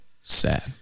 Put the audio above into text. sad